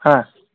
हां